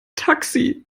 taxi